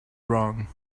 wrong